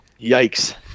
Yikes